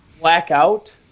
blackout